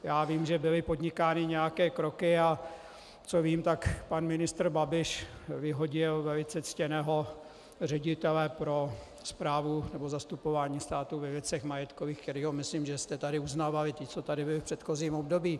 Já vím, že byly podnikány nějaké kroky, a co vím, tak pan ministr Babiš vyhodil velice ctěného ředitele pro správu a zastupování státu ve věcech majetkových, kterého, myslím, že jste tady uznávali, ti, co tady byli v předchozím období.